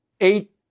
eight